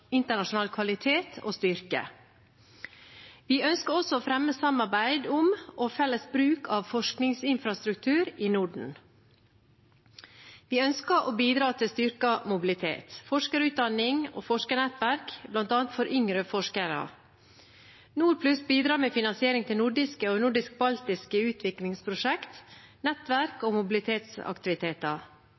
internasjonal kvalitet og styrke. Vi ønsker også å fremme samarbeid om og felles bruk av forskningsinfrastruktur i Norden. Vi ønsker å bidra til styrket mobilitet, forskerutdanning og forskernettverk, bl.a. for yngre forskere. Nordplus bidrar med finansiering av nordiske og nordisk-baltiske utviklingsprosjekt, nettverk og mobilitetsaktiviteter.